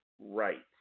right